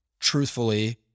Truthfully